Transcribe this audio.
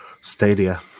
Stadia